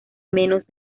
menos